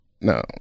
No